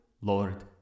Lord